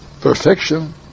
perfection